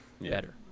better